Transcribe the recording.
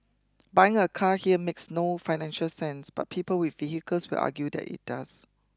buying a car here makes no financial sense but people with vehicles will argue that it does